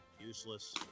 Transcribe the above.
Useless